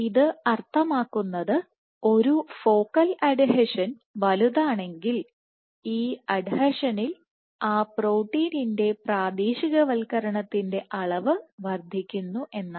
ഇത് അർത്ഥമാക്കുന്നത് ഒരു ഫോക്കൽ അഡ്ഹീഷൻ വലുതാണെങ്കിൽ ഈ അഡ്ഹീഷനിൽ ആ പ്രോട്ടീന്റെ പ്രാദേശികവൽക്കരണത്തിന്റെ അളവ് വർദ്ധിക്കുന്നു എന്നാണ്